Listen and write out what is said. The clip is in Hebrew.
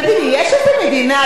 תגידי, יש איזה מדינה?